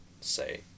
say